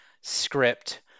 script